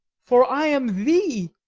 for i am thee